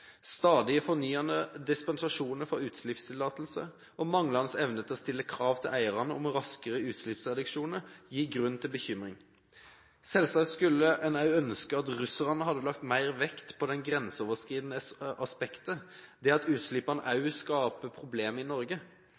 dispensasjoner for utslippstillatelse og manglende evne til å stille krav til eierne om raskere utslippsreduksjoner gir grunn til bekymring. Selvsagt skulle en også ønske at russerne hadde lagt mer vekt på det grenseoverskridende aspektet, det at utslippene også skaper problemer i Norge.